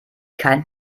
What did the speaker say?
kein